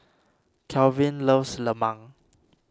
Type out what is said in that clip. Kelvin loves Lemang